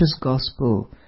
gospel